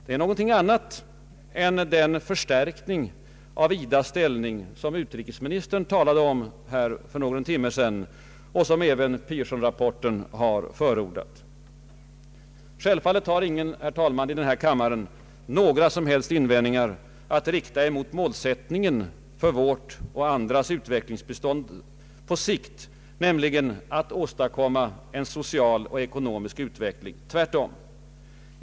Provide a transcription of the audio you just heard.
Det är någonting annat än den förstärkning av IDA:s ställning som utrikesministern talade om här för någon timme sedan och som även Pearsonrapporten har förordat. Självfallet har ingen i denna kammare, herr talman, någon som helst invändning att rikta emot målsättningen för vårt och andras utvecklingsbistånd på längre sikt, nämligen att åstadkomma en social och ekonomisk utveckling — tvärtom.